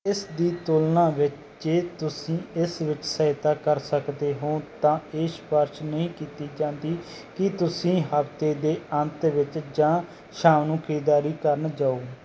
ਇਸ ਦੀ ਤੁਲਨਾ ਵਿੱਚ ਜੇ ਤੁਸੀਂ ਇਸ ਵਿੱਚ ਸਹਾਇਤਾ ਕਰ ਸਕਦੇ ਹੋ ਤਾਂ ਇਹ ਸਿਫਾਰਸ਼ ਨਹੀਂ ਕੀਤੀ ਜਾਂਦੀ ਕਿ ਤੁਸੀਂ ਹਫ਼ਤੇ ਦੇ ਅੰਤ ਵਿੱਚ ਜਾਂ ਸ਼ਾਮ ਨੂੰ ਖਰੀਦਦਾਰੀ ਕਰਨ ਜਾਓ